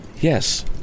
Yes